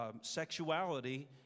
sexuality